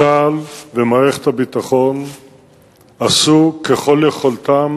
צה"ל ומערכת הביטחון עשו ככל יכולתם